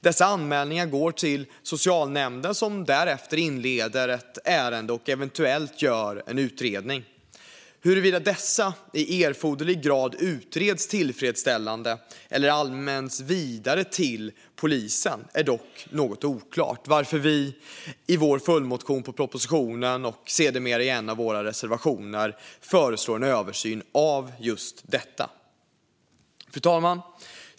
Dessa anmälningar går till socialnämnden, som därefter inleder ett ärende och eventuellt gör en utredning. Huruvida dessa i erforderlig grad utreds tillfredsställande eller anmäls vidare till polisen är dock något oklart, varför vi i vår följdmotion till propositionen och sedermera i en av våra reservationer föreslår en översyn av just detta. Fru talman!